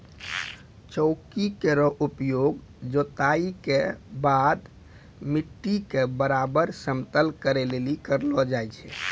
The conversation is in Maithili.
चौकी केरो उपयोग जोताई केरो बाद मिट्टी क बराबर समतल करै लेलि करलो जाय छै